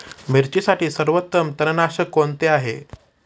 मिरचीसाठी सर्वोत्तम तणनाशक कोणते आहे?